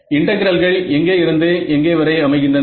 இன்டெகிரல்கள் எங்கே இருந்து எங்கே வரை அமைகின்றன